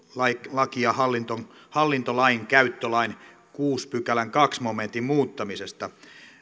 lakia hallintolainkäyttölain kuudennen pykälän toisen momentin muuttamisesta on suoraa jatkumoa sille